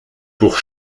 pour